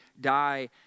die